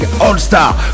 All-Star